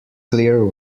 clear